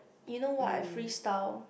you know what I freestyle